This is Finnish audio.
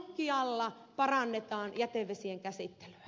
kaikkialla parannetaan jätevesien käsittelyä